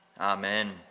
Amen